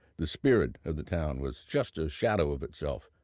the spirit of the town was just a shadow of itself,